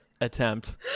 attempt